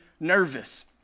nervous